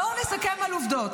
בואו נסכם על עובדות,